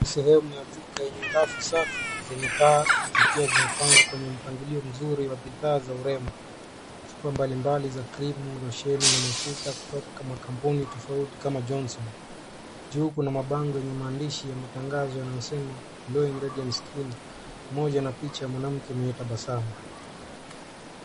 Sehemu ya duka yenye rafu safi zenye taa zikiwa zimepangwa kwenye mpangilio mzuri wa bidhaa za urembo. Chupa mbalimbali za krimu losheni na mafuta kutoka kama kampuni tofauti kama Jonhson. Juu kuna bango yenye maandishi ya matangazo yanayosema glowing radiant skin , moja na picha ya mwanamke mwenye tabasamu.